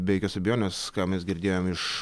be jokios abejonės ką mes girdėjom iš